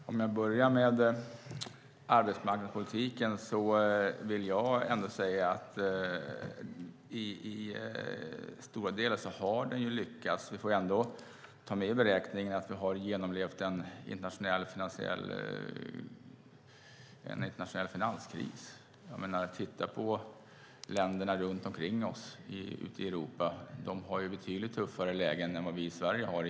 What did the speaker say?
Fru talman! Låt mig börja med arbetsmarknadspolitiken. I stora delar har den lyckats. Vi måste trots allt ta med i beräkningen att vi genomlevt en internationell finanskris. När vi tittar på länderna ute i Europa ser vi att de i många fall har ett betydligt tuffare läge än vi i Sverige.